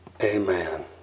Amen